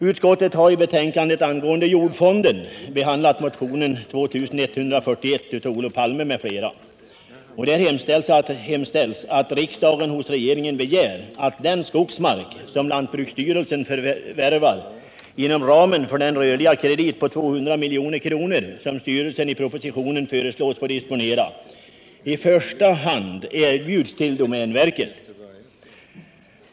Utskottet har i betänkandet under den punkt som rör jordfonden behandlat motionen 2141 av Olof Palme m.fl. Där hemställs att riksdagen hos regeringen begär att den skogsmark som lantbruksstyrelsen förvärvar inom ramen för den rörliga kredit på 200 milj.kr. som styrelsen i propositionen föreslås få disponera i första hand skall erbjudas till domänverket.